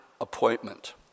appointment